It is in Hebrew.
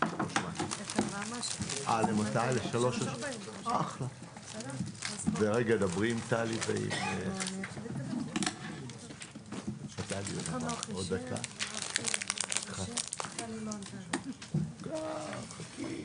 בשעה 10:28.